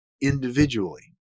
individually